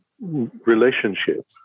relationship